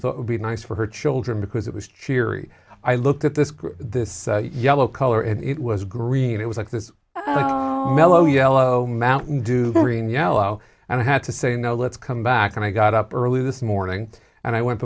thought would be nice for her children because it was cheery i look at this group this yellow color and it was green it was like this mellow yellow mountain dew green yellow and i had to say no let's come back and i got up early this morning and i went